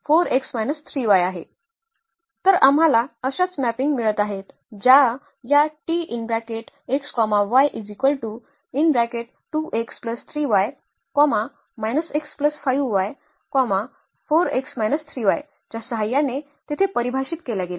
तर आम्हाला तशाच मॅपिंग मिळत आहेत ज्या या च्या सहाय्याने तेथे परिभाषित केल्या गेल्या